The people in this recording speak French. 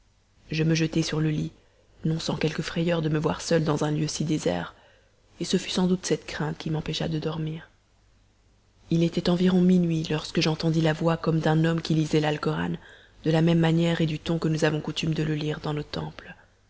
je me jetai sur le lit non sans quelque frayeur de me voir seule dans un lieu si désert et ce fut sans doute cette crainte qui m'empêcha de dormir il était environ minuit lorsque j'entendis la voix comme d'un homme qui lisait l'alcoran de la même manière et du ton que nous avons coutume de le lire dans nos temples